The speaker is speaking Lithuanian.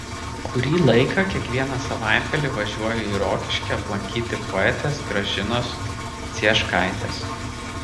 kurį laiką kiekvieną savaitgalį važiuoju į rokiškį aplankyti poetės gražinos cieškaitės